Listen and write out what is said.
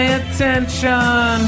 attention